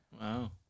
wow